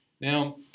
Now